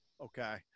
Okay